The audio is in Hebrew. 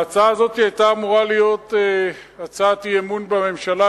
ההצעה הזאת היתה אמורה להיות הצעת אי-אמון בממשלה,